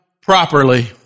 properly